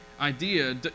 idea